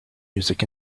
music